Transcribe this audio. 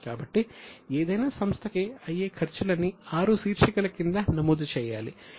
కాబట్టి ఏదైనా సంస్థకి అయ్యే ఖర్చులన్నీ ఆరు శీర్షికల క్రింద నమోదు చేయాలి